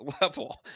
level